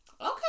Okay